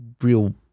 real